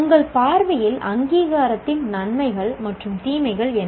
உங்கள் பார்வையில் அங்கீகாரத்தின் நன்மைகள் மற்றும் தீமைகள் என்ன